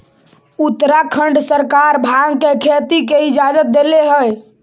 उत्तराखंड सरकार भाँग के खेती के इजाजत देले हइ